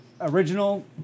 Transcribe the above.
original